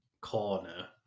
corner